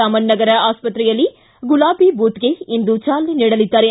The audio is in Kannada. ರಾಮನ ನಗರ ಆಸ್ತತ್ರೆಯಲ್ಲಿ ಗುಲಾಬಿ ಬೂತ್ಗೆ ಇಂದು ಜಾಲನೆ ನೀಡಲಿದ್ದಾರೆ